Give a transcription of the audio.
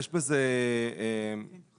יש בזה קושי.